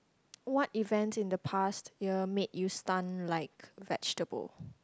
what event in the past year make you stun like vegetable